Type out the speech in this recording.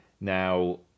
Now